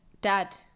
dad